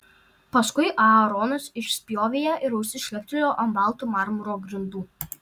paskui aaronas išspjovė ją ir ausis šleptelėjo ant balto marmuro grindų